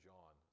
John